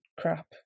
crap